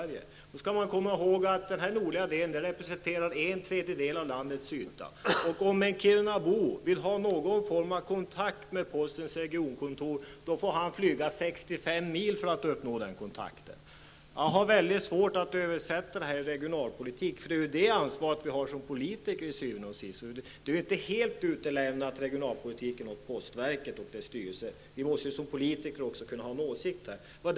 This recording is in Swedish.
Då skall man komma ihåg att den nordligaste delen representerar en tredjedel av landets yta. Om en kirunabo vill ha någon form av kontakt med postens regionkontor, måste han flyga 65 mil för att uppnå denna kontakt. Jag har väldigt svårt att översätta detta till regionalpolitik, för det är ju det ansvaret som vi såsom politiker til syvende og sidst har. Regionalpolitiken kan inte helt överlämnas till postverket och dess styrelse. Vi måste såsom politiker ha en åsikt.